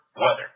weather